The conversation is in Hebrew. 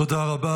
תודה רבה.